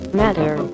matter